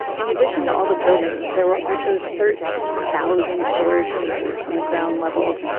in addition to all the buildings, there were also thirteen thousand storage spaces on the ground level,